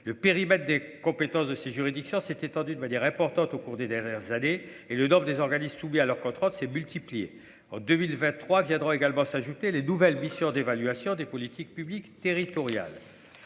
le périmètre des compétences de ces juridictions s'est étendu de manière importante au cours des dernières années et le nord désorganise soumis à leur contrôle s'est multiplié en 2023 viendront également s'ajouter les nouvelles missions d'évaluation des politiques publiques territoriales,